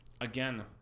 again